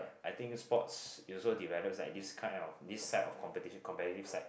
I think sports it also develops like this kind of this side of competition competitive side